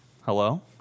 Hello